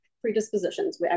predispositions